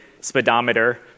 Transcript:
speedometer